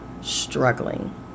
struggling